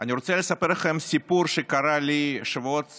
אני רוצה לספר לכם סיפור שקרה לי שבועות